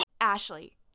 Ashley